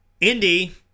Indy